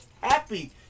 happy